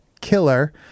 killer